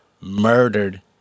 Murdered